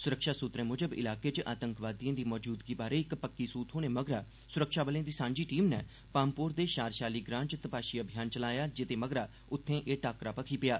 सुरक्षा सुतरें मुजब इलाके च आतंकवादिएं दी मौजूदगी बारै इक पक्की सुह् थ्होने मगरा सुरक्षाबलें दी सांझी टीम नै पामपोर दे शार शाली ग्रां च तपाशी अभियान चलाया जेहदे मगरा उत्थें एह टाक्करा भखी पेआ